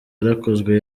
yarakozwe